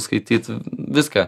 skaityt viską